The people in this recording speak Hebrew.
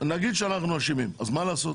נגיד שאנחנו אשמים, אז מה לעשות?